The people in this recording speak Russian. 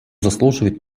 заслуживает